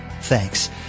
Thanks